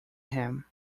him